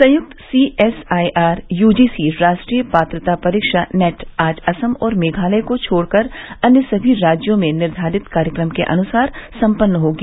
संयुक्त C S I R U G C रा ट्रीय पात्रता परीक्षा नेट आज असम और मेघालय को छोड़कर अन्य सभी राज्यों में निर्घारित कार्यक्रम के अनुसार सम्पन्न होगी